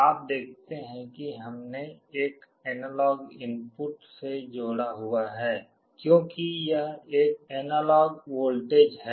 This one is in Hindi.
आप देखते हैं कि हमने एक एनालॉग इनपुट से जोड़ा हुआ है क्योंकि यह एक एनालॉग वोल्टेज है